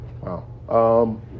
Wow